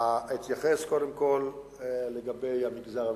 אתייחס קודם כול למגזר הממשלתי.